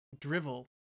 drivel